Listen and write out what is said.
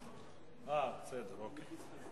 אוקיי.